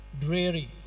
dreary